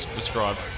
describe